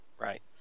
Right